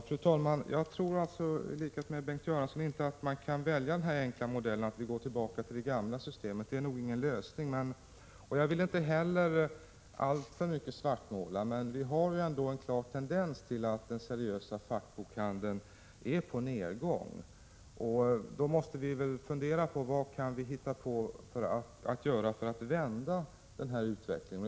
Fru talman! Jag tror i likhet med Bengt Göransson inte att man kan välja den enkla modellen att gå tillbaka till det gamla systemet. Det är nog ingen lösning. Jag vill inte heller allt för mycket svartmåla, men det finns en klar tendens till att den seriösa fackbokhandeln är på nedgång. Då måste vi fundera på vad vi kan hitta på att göra för att vända utvecklingen.